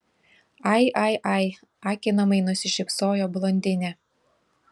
ai ai ai akinamai nusišypsojo blondinė